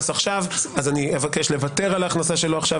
עכשיו אז אני אבקש לוותר על ההכנסה שלו עכשיו,